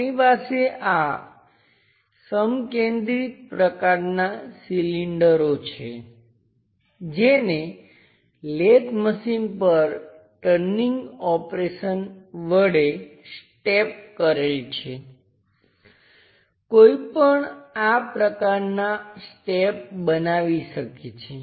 આપણી પાસે આ સમકેન્દ્રિત પ્રકારનાં સિલિંડરો છે જેને લેથ મશીન પર ટર્નિંગ ઓપરેશન વડે સ્ટેપ કરેલ છે કોઈપણ આ પ્રકારના સ્ટેપ બનાવી શકે છે